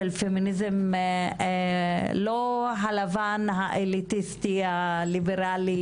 לא הפמיניזם הלבן האליטיסטי הליברלי,